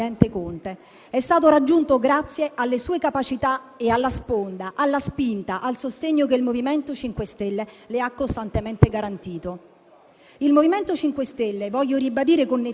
Il MoVimento 5 Stelle - voglio ribadire con nettezza - da anni conduce una battaglia che ha contribuito a rendere più fertile il terreno dal quale il cambiamento finalmente comincia a germogliare.